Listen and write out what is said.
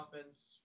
offense